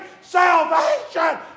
salvation